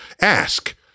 ask